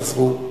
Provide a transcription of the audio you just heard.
חזרו והיו,